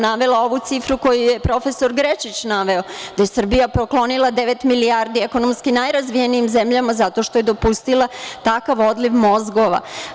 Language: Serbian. Navela sam ovu cifru koju je profesor Grečić naveo, da je Srbija poklonila 9 milijardi ekonomski najrazvijenijim zemljama zato što je dopustila takav odliv mozgova.